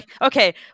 okay